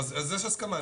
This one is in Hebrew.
אז יש הסכמה,